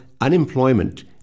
unemployment